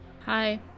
Hi